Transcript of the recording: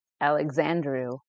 Alexandru